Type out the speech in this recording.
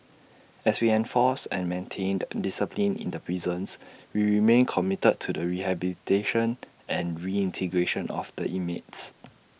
as we enforced and maintained discipline in the prisons we remain committed to the rehabilitation and reintegration of the inmates